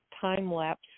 time-lapse